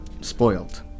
spoiled